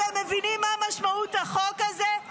אתם מבינים מה משמעות החוק הזה?